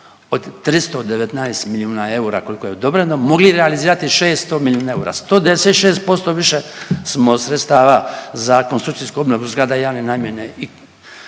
od 319 milijuna eura koliko je odobreno mogli realizirati 600 milijuna eura, 196% više smo sredstva Zakonom o konstrukcijskoj obnovi zgrada javne namjene